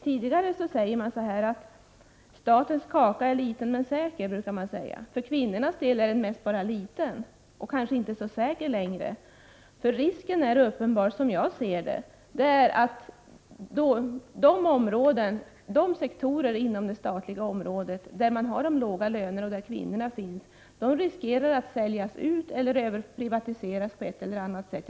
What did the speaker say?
Tidigare sade man: ”Statens kaka är liten men säker.” För kvinnornas del är den nu mest bara liten, inte längre så säker. Som jag ser det är risken uppenbar att de sektorer inom det statliga området där man har de låga lönerna och där kvinnorna finns säljs ut eller privatiseras på ett eller annat sätt.